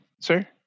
sir